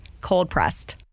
cold-pressed